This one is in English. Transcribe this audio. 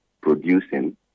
producing